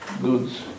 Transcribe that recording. goods